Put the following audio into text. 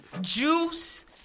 juice